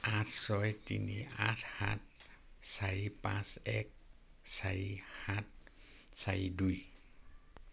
আঠ ছয় তিনি আঠ সাত চাৰি পাঁচ এক চাৰি সাত চাৰি দুই